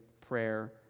prayer